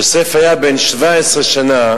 יוסף היה בן 17 שנה